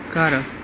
ਘਰ